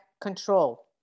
control